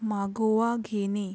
मागोवा घेणे